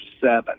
seven